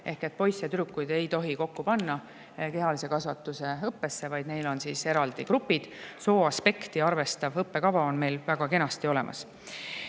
ehk et poisse ja tüdrukuid ei tohi kokku panna kehalise kasvatuse õppesse, vaid neil on eraldi grupid. Sooaspekti arvestav õppekava on meil väga kenasti olemas. Mis